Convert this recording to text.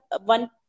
one